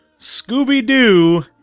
Scooby-Doo